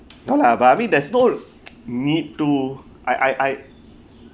no lah but I mean there's no need to I I I